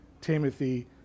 Timothy